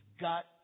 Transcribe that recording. got